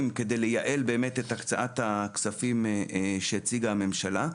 כדי לייעל את הקצאת הכספים שהציגה הממשלה.